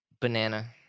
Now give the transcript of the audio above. Banana